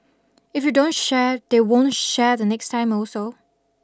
if you don't share they won't share next time also